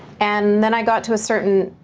and then i got to a certain,